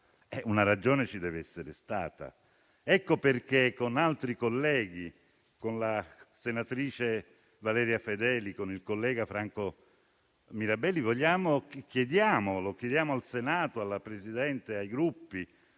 una ragione ci deve essere stata. Per questo, con altri colleghi, con la senatrice Valeria Fedeli e con il senatore Franco Mirabelli chiediamo al Senato, al Presidente e ai Gruppi,